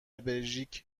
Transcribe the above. بلژیک